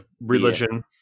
religion